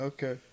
Okay